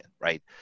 right